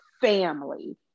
family